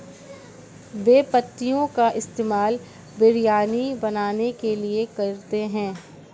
बे पत्तियों का इस्तेमाल बिरयानी बनाने के लिए करते हैं